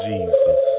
Jesus